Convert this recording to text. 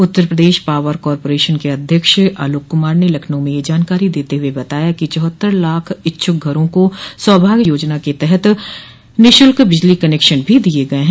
उत्तर Pradesh power corporation के अध्यक्ष आलोक कुमार ने लखनऊ में यह जानकारी देते हुए बताया कि चौहत्तर लाख इच्छुक घरों को सौभाग्य योजना के तहत निःशुल्क बिजली कनेक्शन भी दिये गये हैं